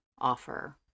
offer